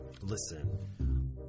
Listen